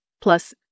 Plus